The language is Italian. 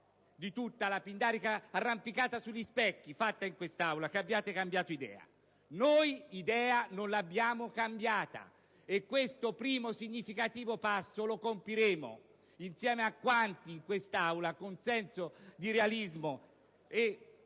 di tutta la pindarica arrampicata sugli specchi fatta in questa Aula - che abbiate cambiato idea. Noi non l'abbiamo cambiata, e questo primo significativo passo lo compiremo insieme a quanti in questa Aula, con senso di realismo e